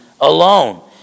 alone